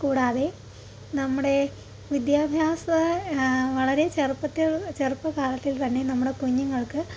കൂടാതെ നമ്മുടെ വിദ്യാഭ്യാസം വളരെ ചെറുപ്പത്തിൽ ചെറുപ്പക്കാലത്തിൽ തന്നെ നമ്മുടെ കുഞ്ഞുങ്ങൾക്ക്